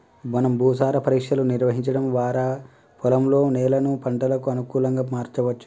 మనం భూసార పరీక్షలు నిర్వహించడం వారా పొలంలోని నేలను పంటలకు అనుకులంగా మార్చవచ్చు